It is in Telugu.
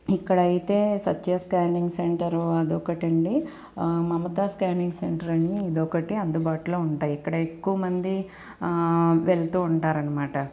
ఇక్కడైతే సత్య స్కానింగ్ సెంటర్ అది ఒకటండి మమతా స్కానింగ్ సెంటర్ అండి ఇదొకటి అందుబాటులో ఉంటాయి ఇక్కడ ఎక్కువ మంది వెల్తూ ఉంటారనమాట